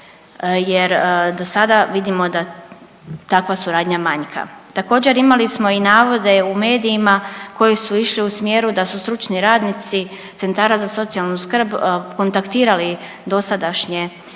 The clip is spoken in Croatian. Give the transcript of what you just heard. jer dosada vidimo da takva suradnja manjka. Također imali smo i navode u medijima koji su išli u smjeru da su stručni radnici centara za socijalnu skrb kontaktirali dosadašnje